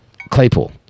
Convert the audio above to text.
Claypool